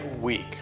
week